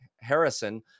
Harrison